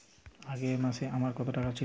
আগের মাসে আমার কত টাকা ছিল?